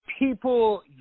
People